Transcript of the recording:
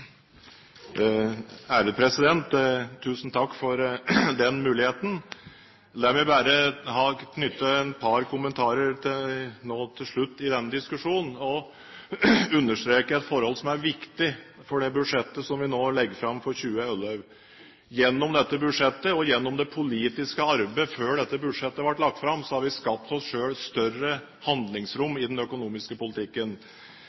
Tusen takk for den muligheten. La meg bare nå til slutt knytte et par kommentarer til denne diskusjonen og understreke et forhold som er viktig for det budsjettet som vi nå legger fram for 2011. Gjennom dette budsjettet og gjennom det politiske arbeidet før dette budsjettet ble lagt fram, har vi skapt oss selv større